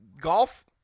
golf –